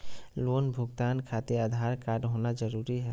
Loan भुगतान खातिर Aadhaar card होना जरूरी है?